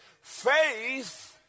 faith